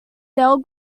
dale